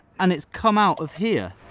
and it's come out of here.